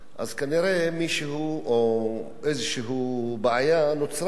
כנראה יש מישהו או נוצרה בעיה כלשהי